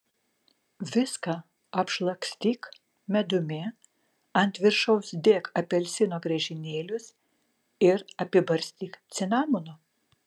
viską apšlakstyk medumi ant viršaus dėk apelsino griežinėlius ir apibarstyk cinamonu